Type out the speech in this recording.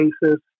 basis